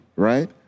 Right